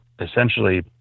essentially